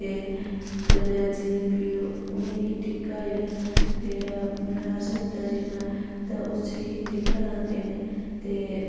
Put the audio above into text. ते कन्नै जियां फ्ही ओह् उ'नेंगी टिक्का जेह्ड़ा ऐ जेह्ड़ा मरहाज़ होंदा जेह्ड़ा तां उसगी टिक्का लांदे न ते